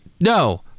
No